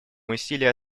усилия